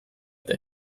eta